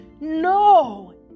No